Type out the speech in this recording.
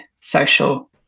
social